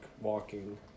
walking